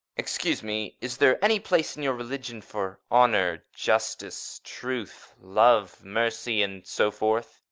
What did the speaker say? excuse me is there any place in your religion for honor, justice, truth, love, mercy and so forth?